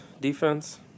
defense